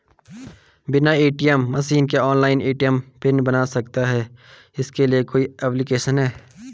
बिना ATM machine के online ATM pin बन सकता है इसके लिए कोई ऐप्लिकेशन है?